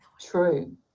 True